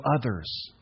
others